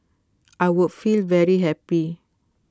I would feel very happy